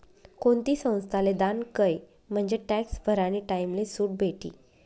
कोणती संस्थाले दान कयं म्हंजे टॅक्स भरानी टाईमले सुट भेटी